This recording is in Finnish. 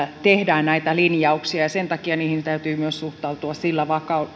tehdään näitä linjauksia ja sen takia niihin myös täytyy suhtautua sillä